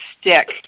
stick